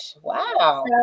Wow